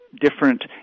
different